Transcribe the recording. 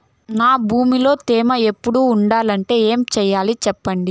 నా భూమిలో తేమ ఎప్పుడు ఉండాలంటే ఏమి సెయ్యాలి చెప్పండి?